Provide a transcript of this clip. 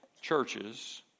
churches